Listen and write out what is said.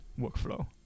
workflow